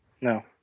No